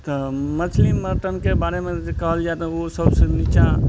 तऽ मछली मटनके बारेमे जे कहल जाए तऽ ओ सबसे निचाॅं